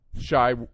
shy